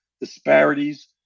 disparities